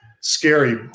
scary